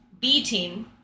B-team